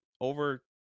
over